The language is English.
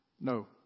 No